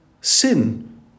sin